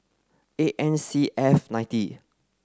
eight N C F ninety